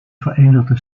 verenigde